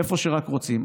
איפה שרק רוצים.